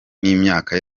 n’imyaka